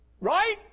right